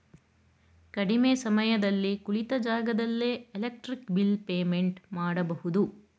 ಕಡಿಮೆ ಸಮಯದಲ್ಲಿ ಕುಳಿತ ಜಾಗದಲ್ಲೇ ಎಲೆಕ್ಟ್ರಿಕ್ ಬಿಲ್ ಪೇಮೆಂಟ್ ಮಾಡಬಹುದು